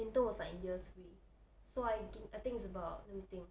intern was like year three so I th~ I think it's about let me think